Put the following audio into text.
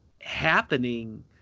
happening